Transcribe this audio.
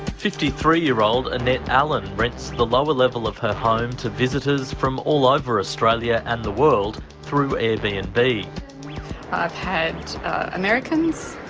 fifty three year old annette allen rents the lower level of her home to visitors from all over australia and the world through airbnb. and i've had americans,